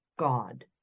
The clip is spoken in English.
God